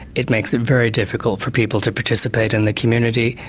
it makes it very difficult for people to participate in the community.